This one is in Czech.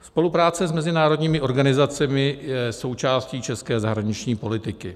Spolupráce s mezinárodními organizacemi je součástí české zahraniční politiky.